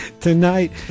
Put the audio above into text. tonight